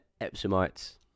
epsomites